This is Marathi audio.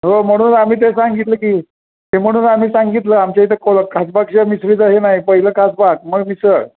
हो म्हणून आम्ही ते सांगितलं की ते म्हणून आम्ही सांगितलं आमच्या इथं कोण खासबागशिवाय मिसळीचं हे ना नाही पहिलं खासबाग मग मिसळ